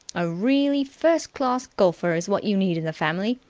a really first-class golfer is what you need in the family.